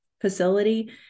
facility